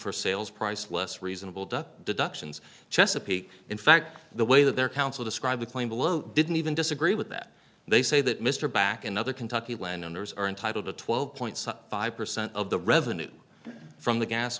for sales price less reasonable to deductions chesapeake in fact the way that their counsel described the claim below didn't even disagree with that they say that mr back in other kentucky land owners are entitled to twelve point five percent of the revenue from the gas